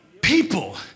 People